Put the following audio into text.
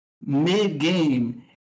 mid-game